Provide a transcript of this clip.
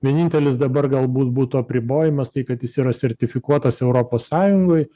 vienintelis dabar galbūt būtų apribojimas tai kad jis yra sertifikuotas europos sąjungoj